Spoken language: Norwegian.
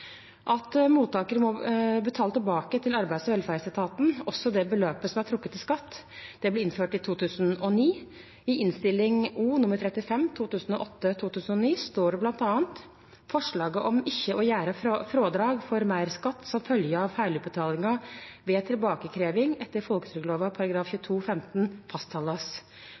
At mottaker må betale tilbake til arbeids- og velferdsetaten også det beløpet som er trukket i skatt, ble innført i 2009. I Innst. O. nr. 35 for 2008–2009 står det bl.a.: «Forslaget om ikkje å gjere frådrag for meirskatt som følgje av feilutbetalinga ved tilbakekrevjing etter